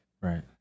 Right